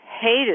hated